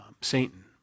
Satan